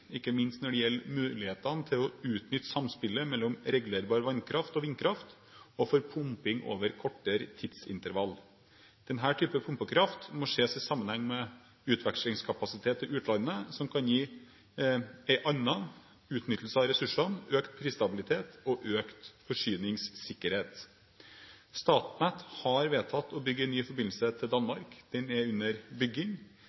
ikke minst når det gjelder mulighetene for å utnytte samspillet mellom regulerbar vannkraft og vindkraft og for pumping over kortere tidsintervaller. Denne typen pumpekraft må ses i sammenheng med utvekslingskapasitet til utlandet som kan gi en annen utnyttelse av ressursene, økt prisstabilitet og økt forsyningssikkerhet. Statnett har vedtatt å bygge en ny forbindelse til